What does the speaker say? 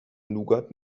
nougat